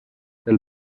del